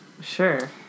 Sure